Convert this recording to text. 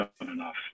enough